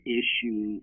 issue